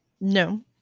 No